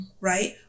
right